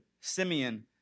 Simeon